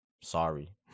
sorry